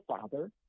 Father